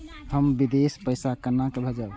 हम विदेश पैसा केना भेजबे?